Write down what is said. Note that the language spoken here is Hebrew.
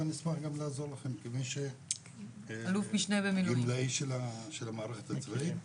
ואני אשמח גם לעזור לכם כגמלאי של המערכת הצבאית,